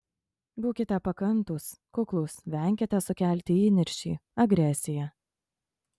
būkite pakantūs kuklūs venkite sukelti įniršį agresiją